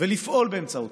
ולפעול באמצעותם.